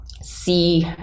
see